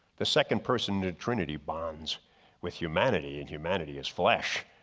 the second person to trinity bonds with humanity and humanity is flesh.